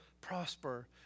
prosper